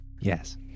Yes